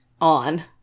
on